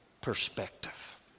perspective